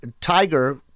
Tiger